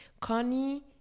connie